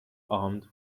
armed